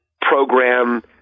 program